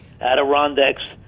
Adirondacks